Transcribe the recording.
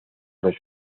los